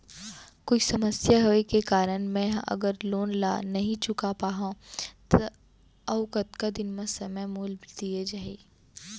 कोई समस्या होये के कारण मैं हा अगर लोन ला नही चुका पाहव त अऊ कतका दिन में समय मोल दीये जाही?